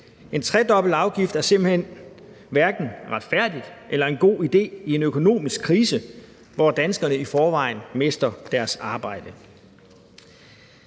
En tredoblet arveafgift er simpelt hen hverken retfærdigt eller en god idé i en økonomisk krise, hvor danskerne i forvejen mister deres arbejde.